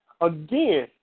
Again